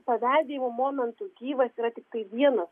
paveldėjimo momentu gyvas yra tiktai vienas